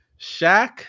Shaq